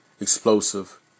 explosive